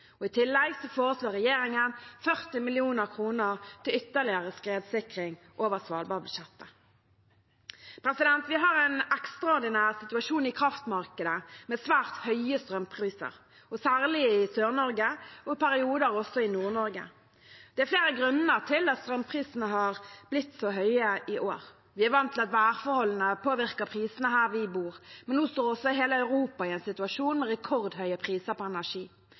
i 2022. I tillegg foreslår regjeringen 40 mill. kr til ytterligere skredsikring over Svalbardbudsjettet. Vi har en ekstraordinær situasjon i kraftmarkedet med svært høye strømpriser, særlig i Sør-Norge og i perioder også i Nord-Norge. Det er flere grunner til at strømprisene har blitt så høye i år. Vi er vant til at værforholdene påvirker prisene her vi bor, men nå står også hele Europa i en situasjon med rekordhøye priser på energi.